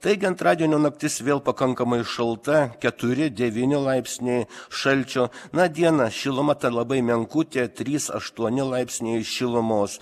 taigi antradienio naktis vėl pakankamai šalta keturi devyni laipsniai šalčio na dieną šiluma ta labai menkutė trys aštuoni laipsniai šilumos